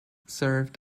served